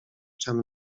czem